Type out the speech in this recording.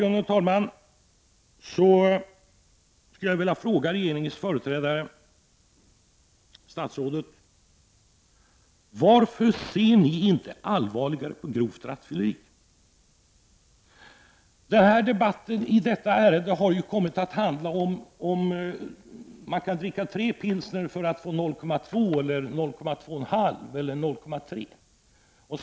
Mot denna bakgrund skulle jag vilja fråga statsrådet, regeringens företrädare: Varför ser ni inte allvarligare på grovt rattfylleri? Debatten i detta ärende har ju kommit att handla om ifall man kan dricka tre pilsner för att få 0,2, 0,25 eller 0,3 Xo.